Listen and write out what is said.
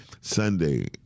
Sunday